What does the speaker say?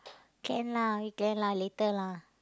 can lah can lah later lah